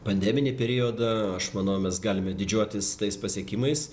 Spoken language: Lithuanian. pandeminį periodą aš manau mes galime didžiuotis tais pasiekimais